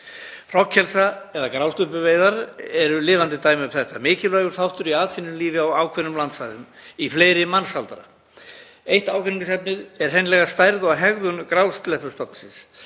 Hrognkelsa- eða grásleppuveiðar eru lifandi dæmi, mikilvægur þáttur í atvinnulífi á ákveðnum landsvæðum í fleiri mannsaldra. Eitt ágreiningsefnið er hreinlega stærð og hegðun grásleppustofnsins,